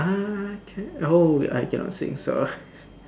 I can oh wait I cannot sing sorry